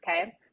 okay